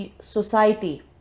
society